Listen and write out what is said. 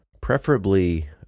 preferably